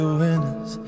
winners